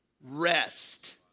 rest